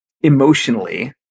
emotionally